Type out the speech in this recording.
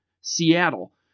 Seattle